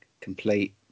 complete